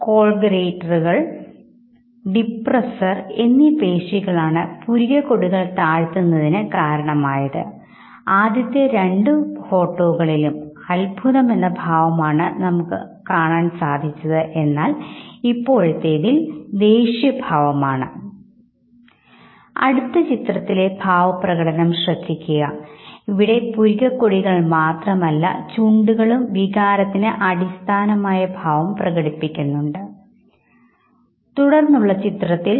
ഒരേ സാംസ്കാരിക വംശീയ അവസ്ഥകളിൽ ഉള്ള വ്യക്തികൾ പ്രകടിപ്പിക്കുന്ന വികാരങ്ങൾ സമാനമായിരിക്കും എന്ന് എന്ന് മുൻപ് സൂചിപ്പിച്ച അടിസ്ഥാന വികാരങ്ങളെ ആസ്പദമാക്കി ഉണ്ടായ രസകരമായ ഒരു പഠനം സൂചിപ്പിക്കുന്നുണ്ട് ഞാൻ ഒരു പ്രത്യേക സാംസ്കാരിക അവസ്ഥയിൽ ഉൾപ്പെടുന്ന സാംസ്കാരികമായ പ്രത്യേകതകൾ ഉൾപ്പെട്ട ഒരു സംഘത്തിൽ ഉള്ള ആളാണെങ്കിൽ ആ സംഘത്തിൽ ഉള്ളവർക്ക് ഞാൻ പ്രകടിപ്പിക്കുന്ന വികാരം വ്യക്തമായി ഉൾക്കൊള്ളാനും മനസ്സിലാക്കാനും സാധിക്കും